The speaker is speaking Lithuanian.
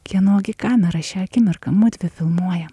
kieno gi kamera šią akimirką mudvi filmuoja